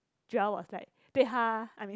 Joel was like 对她 I mean